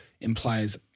implies